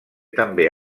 també